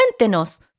Cuéntenos